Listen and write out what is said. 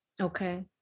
okay